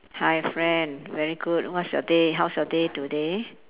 hi friend very good what's your day how's your day today